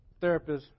therapists